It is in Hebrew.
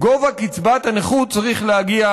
גובה קצבת הנכות צריך להגיע